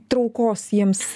traukos jiems